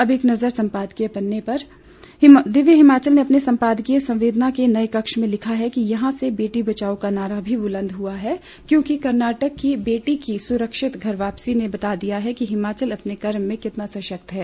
अब एक नज़र संपादकीय पन्ने पर दिव्य हिमाचल ने अपने संपादकीय संवेदना के नए कक्ष में लिखा है कि यहां से बेटी बचाओ का नारा भी बुलंद हुआ है क्योंकि कर्नाटक की बेटी को सुरक्षित घर वापसी ने ये बता दिया है कि हिमाचल अपने कर्म में कितना सशक्त है